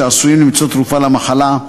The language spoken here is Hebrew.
שעשויים למצוא תרופה למחלה,